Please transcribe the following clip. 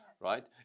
Right